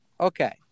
okay